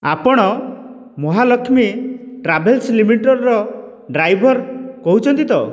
ଆପଣ ମହାଲକ୍ଷ୍ମୀ ଟ୍ରାଭେଲ୍ସ ଲିମିଟେଡ଼ର ଡ୍ରାଇଭର କହୁଛନ୍ତି ତ